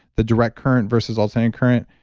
the direct current versus alternating current,